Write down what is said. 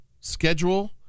schedule